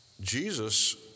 Jesus